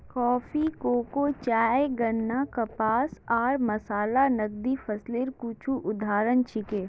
coffee, cocoa, चाय, गन्ना, कपास आर मसाला नकदी फसलेर कुछू उदाहरण छिके